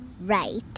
Right